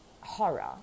horror